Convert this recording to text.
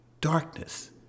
darkness